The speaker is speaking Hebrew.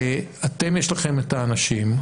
אתם יש לכם את האנשים,